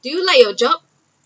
do you like your job